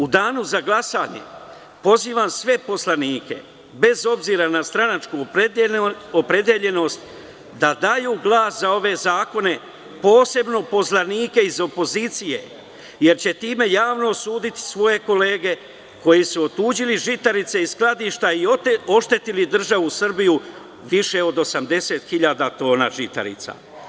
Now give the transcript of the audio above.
U Danu za glasanje pozivam sve poslanike, bez obzira na stranačku opredeljenost, da daju glas za ove zakone, a posebno poslanike iz opozicije, jer će time javno osuditi svoje kolege koji su otuđili žitarice iz skladišta i oštetili državu Srbiju za više od 80.000 tona žitarica.